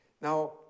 Now